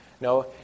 No